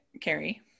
carrie